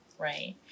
right